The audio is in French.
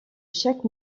chaque